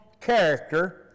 character